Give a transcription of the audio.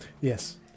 Yes